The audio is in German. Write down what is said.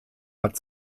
hat